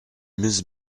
mrs